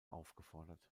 aufgefordert